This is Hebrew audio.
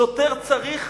שוטר צריך